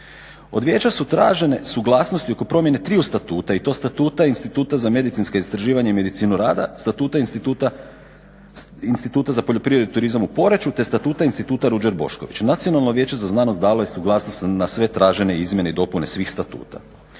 Od Vijeća su tražene suglasnosti oko promjene triju statuta i to Statuta i Instituta za medicinska istraživanja i medicinu rada, Statuta instituta za poljoprivredu i turizam u Poreču, te Statuta Instituta Ruđer Bošković. Nacionalno vijeće za znanost dalo je suglasnost na sve tražene izmjene i dopune svih statuta.